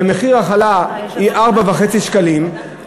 ומחיר החלה 4.5 שקלים,